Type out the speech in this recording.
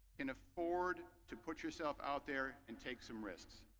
can afford to put yourself out there and take some risks.